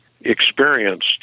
experienced